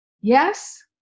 Yes